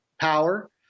power